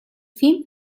film